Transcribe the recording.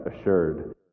assured